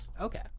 Okay